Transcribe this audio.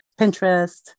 Pinterest